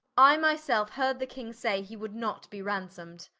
i my selfe heard the king say he would not be ransom'd